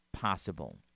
possible